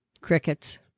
Crickets